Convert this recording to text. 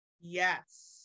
Yes